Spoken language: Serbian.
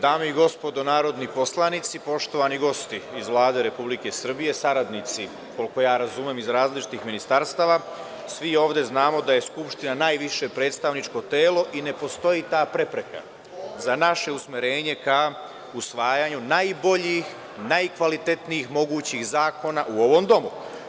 Dame i gospodo narodni poslanici, poštovani gosti iz Vlade Republike Srbije, saradnici, koliko ja razumem, iz različitih ministarstava, svi ovde znamo da je Skupština najviše predstavničko telo i ne postoji ta prepreka za naše usmerenje ka usvajanju najboljih, najkvalitetnijih mogućih zakona u ovom domu.